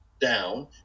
down